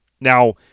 Now